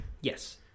Yes